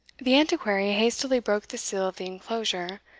the antiquary hastily broke the seal of the enclosure,